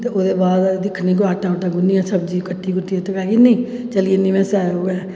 ते ओह्दे बाद दिक्खनी कोई आटा गुनियै सब्जी कट्टियै टकाई ओड़नी चली जानी में सैर कुदै